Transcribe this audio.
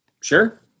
Sure